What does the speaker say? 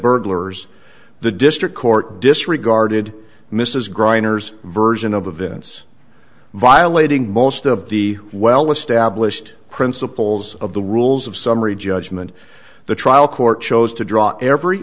burglars the district court disregarded mrs grinders version of events violating most of the well established principles of the rules of summary judgment the trial court chose to drop every